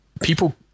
people